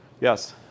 Yes